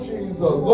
Jesus